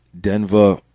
Denver